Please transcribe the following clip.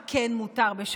מרב, מה כן מותר בשבת?